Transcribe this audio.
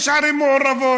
יש ערים מעורבות.